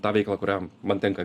tą veiklą kurią man tenka